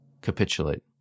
capitulate